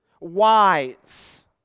wise